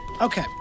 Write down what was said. okay